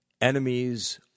Enemies